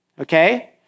okay